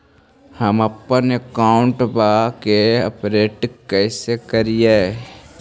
हमपन अकाउंट वा के अपडेट कैसै करिअई?